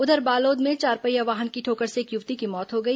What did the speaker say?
उधर बालोद में चारपहिया वाहन की ठोकर से एक युवती की मौत हो गई